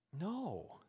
No